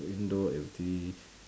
window